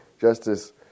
Justice